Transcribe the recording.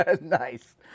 nice